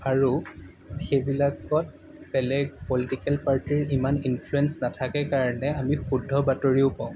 আৰু সেইবিলাকত বেলেগ প'লটিকেল পাৰ্টিৰ ইমান ইনফ্লুৱেঞ্চ নাথাকে কাৰণে আমি শুদ্ধ বাতৰিয়ো পাওঁ